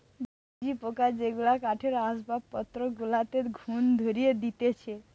ঝিঝি পোকা যেগুলা কাঠের আসবাবপত্র গুলাতে ঘুন ধরিয়ে দিতেছে